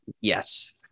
Yes